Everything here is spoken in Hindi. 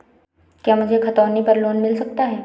क्या मुझे खतौनी पर लोन मिल सकता है?